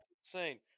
insane